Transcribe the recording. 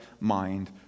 mind